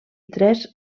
tres